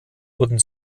wurden